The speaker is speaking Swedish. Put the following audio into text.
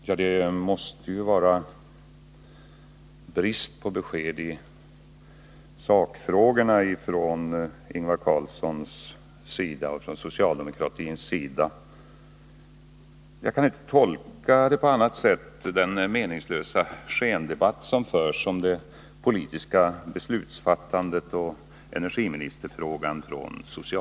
Fru talman! Bristen på besked i sakfrågor från Ingvar Carlssons sida och från socialdemokratins sida är slående. Jag kan inte tolka den meningslösa skendebatt som förs från socialdemokratiskt håll om det politiska beslutsfattandet och energiministerfrågan på annat sätt.